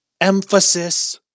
Emphasis